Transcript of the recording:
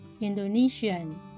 Indonesian